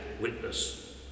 witness